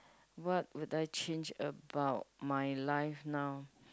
what would I change about my life now